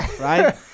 right